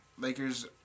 Lakers